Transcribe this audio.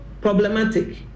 problematic